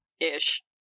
Ish